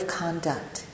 conduct